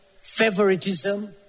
favoritism